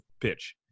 pitch